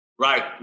Right